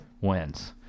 wins